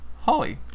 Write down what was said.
Holly